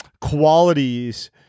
qualities